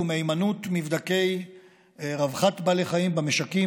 ומהימנות של מבדקי רווחת בעלי חיים במשקים,